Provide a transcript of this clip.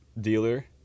dealer